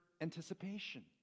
anticipation